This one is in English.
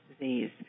disease